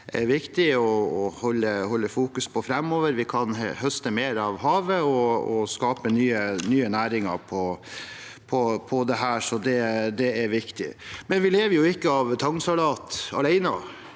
det er viktig å fokusere på dette framover. Vi kan høste mer av havet og skape nye næringer på dette området, så det er viktig. Men vi lever ikke av tangsalat alene,